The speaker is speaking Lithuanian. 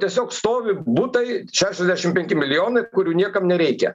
tiesiog stovi butai šešiasdešim penki milijonai kurių niekam nereikia